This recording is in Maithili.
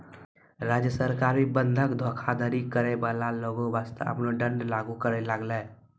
राज्य सरकार भी बंधक धोखाधड़ी करै बाला लोगो बासतें आपनो दंड लागू करै लागलै